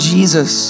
Jesus